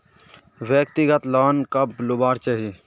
व्यक्तिगत लोन कब लुबार चही?